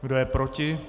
Kdo je proti?